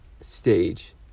stage